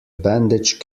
bandage